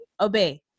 obey